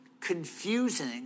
confusing